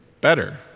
better